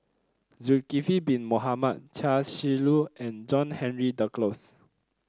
Zulkifli Bin Mohamed Chia Shi Lu and John Henry Duclos